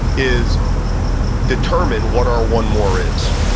is determine what our one more is.